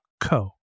co